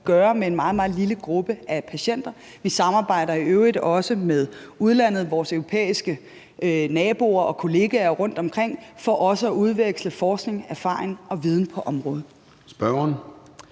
gøre med en meget, meget lille gruppe af patienter. Vi samarbejder i øvrigt også med udlandet, vores europæiske naboer og kollegaer rundtomkring, for at udveksle forskning, erfaring og viden på området.